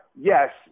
yes